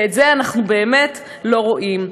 ואת זה אנחנו באמת לא רואים.